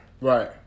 Right